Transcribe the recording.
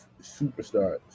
superstars